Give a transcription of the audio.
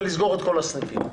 ולסגור את כל הסניפים.